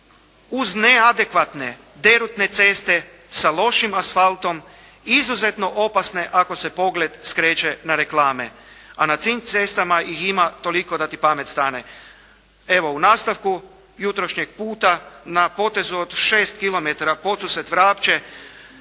uz neadekvatne derutne ceste sa lošim asfaltom izuzetno opasne ako se pogled skreće na reklame, a na tim cestama ih ima toliko da ti pamet stane. Evo u nastavku jutrošnjeg puta na potezu od 6 kilometara